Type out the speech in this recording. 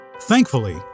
Thankfully